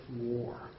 war